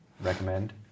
Recommend